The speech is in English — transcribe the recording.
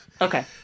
Okay